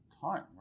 time